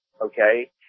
Okay